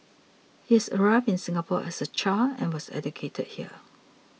he had arrived in Singapore as a child and was educated here